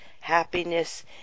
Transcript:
happiness